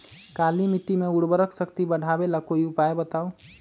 काली मिट्टी में उर्वरक शक्ति बढ़ावे ला कोई उपाय बताउ?